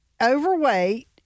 overweight